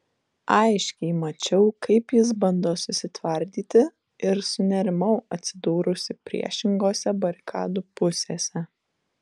aiškiai mačiau kaip jis bando susitvardyti ir sunerimau atsidūrusi priešingose barikadų pusėse